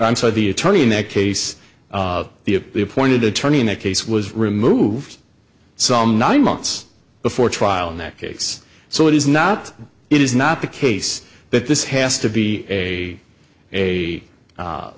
in the attorney in that case the of the appointed attorney in that case was removed some nine months before trial in that case so it is not it is not the case that this has to be a a